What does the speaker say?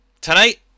tonight